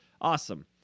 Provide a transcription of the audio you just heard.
Awesome